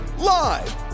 Live